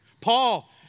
Paul